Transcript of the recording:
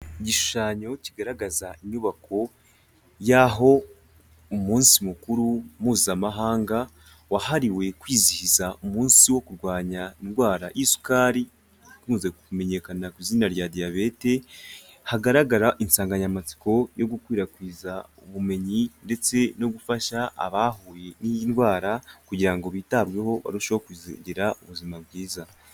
Igishushanyo kigaragaza inyubako yaho umunsi mukuru Mpuzamahanga wahariwe kwizihiza umunsi wo kurwanya indwara y'isukari, ikunze kumenyekanira ku izina rya diyabete, hagaragara insanganyamatsiko yo gukwirakwiza ubumenyi ndetse no gufasha abahuye n'iyi ndwara kugira ngo bitabweho, barusheho kugira ubuzima bwiza.